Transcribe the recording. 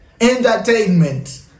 entertainment